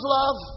love